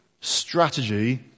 strategy